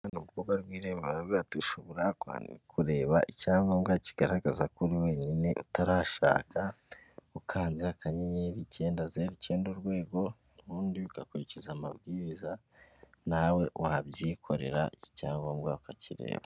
Mu irembo ushobora kureba icyangombwa kigaragaza ko uri wenyine utarashaka ukanzekanyeyenyeri icyenda aze ikindiye urwego ubundi ugakurikiza amabwiriza nawe wabyikorera icyi cyangombwa Ukakirereba.